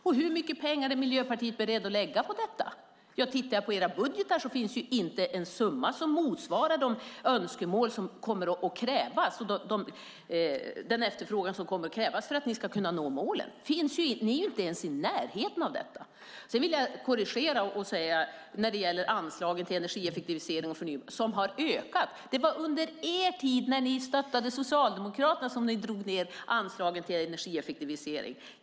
Hur mycket pengar är Miljöpartiet beredda att lägga på detta? I era budgetar finns inte en summa som motsvarar den efterfrågan som kommer att krävas för att ni ska kunna nå målen. Ni är inte ens i närheten av detta. Sedan vill jag korrigera när det gäller anslagen till energieffektivisering och förnybar energi. De har ökat. Det är under den tid när ni stöttade Socialdemokraterna som anslagen till energieffektivisering drogs ned.